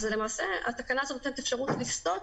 למעשה התקנה הזאת נותנת אפשרות לסטות